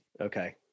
Okay